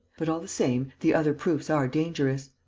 but, all the same, the other proofs are dangerous.